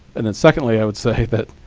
and then secondly, i would say that